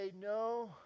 no